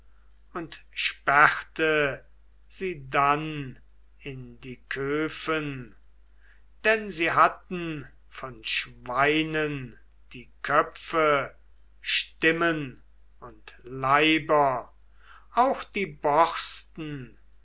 und sperrte sie dann in die kofen denn sie hatten von schweinen die köpfe stimmen und leiber auch die borsten